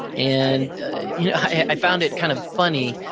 and you know i found it kind of funny,